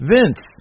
Vince